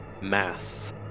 Mass